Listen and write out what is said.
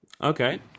Okay